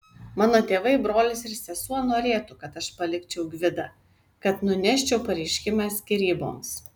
mano tėvai brolis ir sesuo norėtų kad aš palikčiau gvidą kad nuneščiau pareiškimą skyryboms